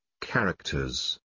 characters